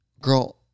Girl